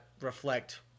reflect